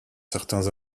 certains